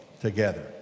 together